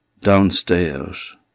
downstairs